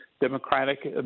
Democratic